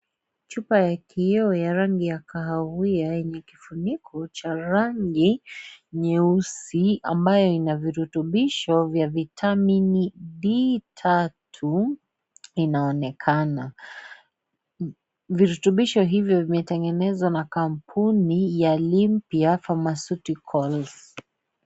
Chupa ya kioo ya rangi ya kahawia yenye kifuniko cha rangi nyeusi ambayo ina virutubisho vya vitamini d tatu inaonekana. Virutubisho hivyo vimetengenezwa na kampuni ya Lympia Pharmaceuticals.